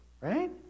right